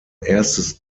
erstes